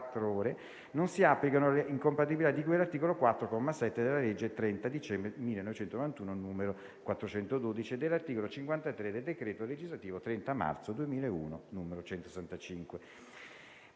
ore, non si applicano le incompatibilità di cui all'articolo 4, comma 7, della legge 30 dicembre 1991, n. 412 e all'articolo 53 del decreto legislativo 30 marzo 2001, n. 165.